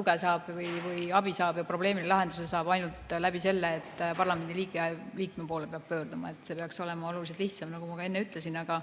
tuge saab või abi saab ja probleemile lahenduse saab ainult selle kaudu, et parlamendiliikme poole peab pöörduma. See peaks olema oluliselt lihtsam, nagu ma ka enne ütlesin. Aga